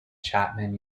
chapman